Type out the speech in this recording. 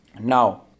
Now